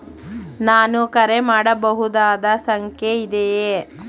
ನಾನು ಕರೆ ಮಾಡಬಹುದಾದ ಸಂಖ್ಯೆ ಇದೆಯೇ?